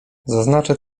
zaznaczę